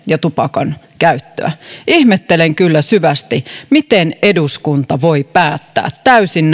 ja tupakan käyttöä ihmettelen kyllä syvästi miten eduskunta voi päättää täysin